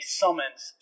summons